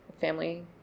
family